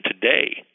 today